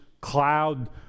cloud